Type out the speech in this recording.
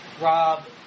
Rob